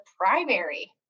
primary